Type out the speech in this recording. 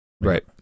right